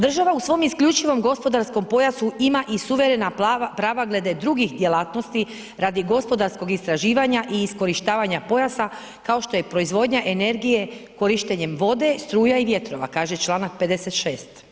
Država u svom isključivom gospodarskom pojasu ima i suverena prava glede drugih djelatnosti, radi gospodarskog istraživanja i iskorištavanja pojasa kao što je proizvodnja energije korištenjem vode, struja i vjetrova, kaže čl. 56.